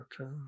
Okay